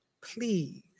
Please